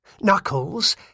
knuckles